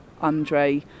Andre